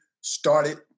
started